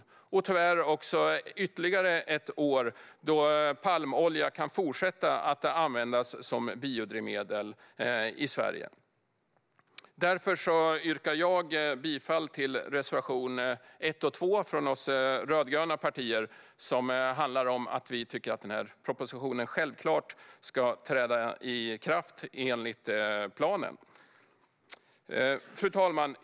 Det blir tyvärr också ytterligare ett år då palmolja kan fortsätta att användas som biodrivmedel i Sverige. Därför yrkar jag bifall till reservationerna 1 och 2 från oss rödgröna partier. Vi tycker att lagförslaget i propositionen självklart ska träda i kraft enligt planen. Fru talman!